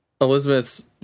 Elizabeth's